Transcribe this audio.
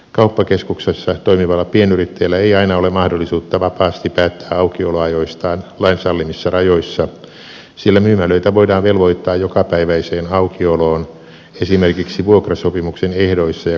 kauppakeskuksessa toimivalla pienyrittäjällä ei aina ole mahdollisuutta vapaasti päättää aukioloajoistaan lain sallimissa rajoissa sillä myymälöitä voidaan velvoittaa jokapäiväiseen aukioloon esimerkiksi vuokrasopimuksen ehdoissa ja kauppakeskussäännöissä